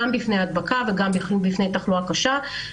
גם בפני הדבקה וגם בפני תחלואה קשה,